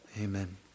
Amen